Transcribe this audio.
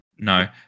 No